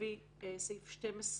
לפי סעיף 12(א)(1)(ב)",